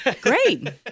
great